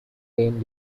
rain